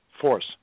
Force